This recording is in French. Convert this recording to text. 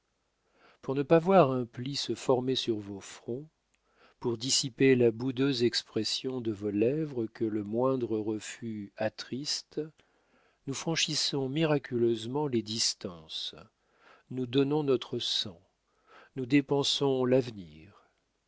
pour ne pas voir un pli se former sur vos fronts pour dissiper la boudeuse expression de vos lèvres que le moindre refus attriste nous franchissons miraculeusement les distances nous donnons notre sang nous dépensons l'avenir